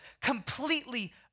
completely